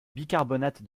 bicarbonate